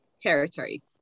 territory